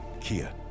Kia